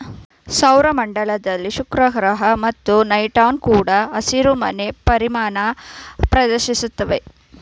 ಸೌರ ಮಂಡಲದಲ್ಲಿ ಶುಕ್ರಗ್ರಹ ಮತ್ತು ಟೈಟಾನ್ ಕೂಡ ಹಸಿರುಮನೆ ಪರಿಣಾಮನ ಪ್ರದರ್ಶಿಸ್ತವೆ